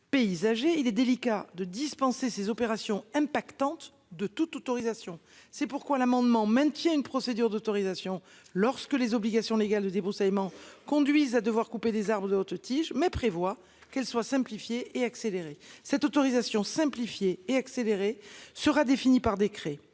paysager il est délicat de dispenser ses opérations impactantes de toute autorisation. C'est pourquoi l'amendement maintient une procédure d'autorisation, lorsque les obligations légales. Le débroussaillement conduisent à devoir couper des armes de haute tige mais prévoit qu'elle soit simplifiée et accélérée cette autorisation simplifiée et accélérée sera défini par décret.